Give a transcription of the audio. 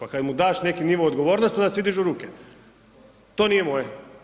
A kad mu daš neki nivo odgovornosti onda svi dižu ruke, to nije moje.